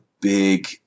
big